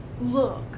look